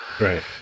right